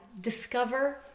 discover